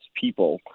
people